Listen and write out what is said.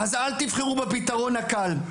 אל תבחרו בפתרון הקל,